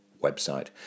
website